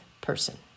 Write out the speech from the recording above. person